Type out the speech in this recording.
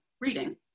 reading